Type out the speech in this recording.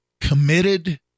committed